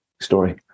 story